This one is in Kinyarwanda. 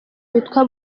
witwa